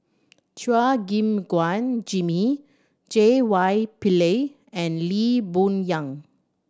Chua Gim Guan Jimmy J Y Pillay and Lee Boon Yang